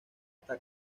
está